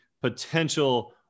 potential